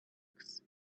hawks